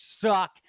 suck